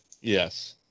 Yes